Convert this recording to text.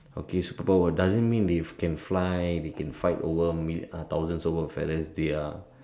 okay superpower doesn't mean they can fly they can fight over mil thousands over fellas they are